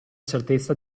certezza